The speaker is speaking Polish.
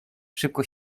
szybko